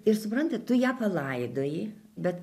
ir supranti tu ją palaidoji bet